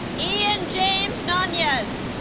ian james nanez